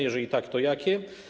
Jeżeli tak, to jakie?